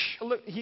look